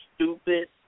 stupid